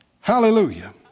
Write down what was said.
Hallelujah